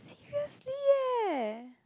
seriously eh